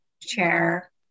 chair